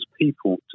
people